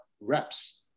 reps